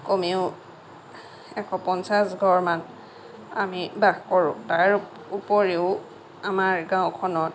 কমেও এশ পঞ্চাশ ঘৰমান আমি বাস কৰোঁ তাৰ উপৰিও আমাৰ গাঁওখনত